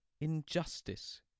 injustice